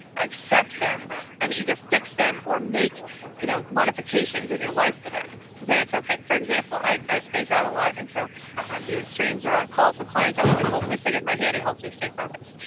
accept them and either fix them or make you know modifications in your life for them, then it's okay. for example, i space out a lot and so when i'm doing streams or on calls with clients, i'm always holding this thing in my hand it helps me stay focused,